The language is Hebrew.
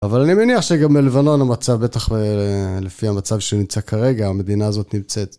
אבל אני מניח שגם בלבנון המצב בטח, לפי המצב שהוא נמצא כרגע, המדינה הזאת נמצאת.